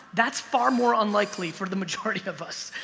that's far more unlikely for the majority of us.